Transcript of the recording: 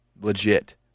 legit